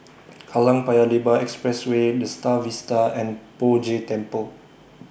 Kallang Paya Lebar Expressway The STAR Vista and Poh Jay Temple